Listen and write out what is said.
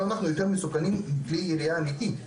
שאנחנו יותר מסוכנים מאשר כלי ירייה אמיתי,